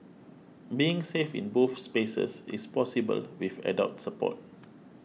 being safe in both spaces is possible with adult support